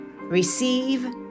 receive